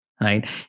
right